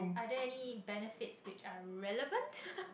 are there any benefits which are relevant